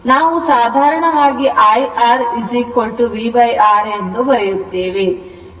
ನಾವು ಸಾಧಾರಣವಾಗಿ IR VR ಎಂದು ಬರೆಯುತ್ತೇವೆ